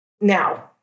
Now